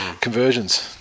Conversions